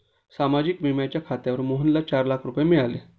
सामाजिक विम्याच्या खात्यावर मोहनला चार लाख रुपये मिळाले